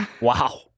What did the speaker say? Wow